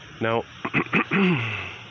Now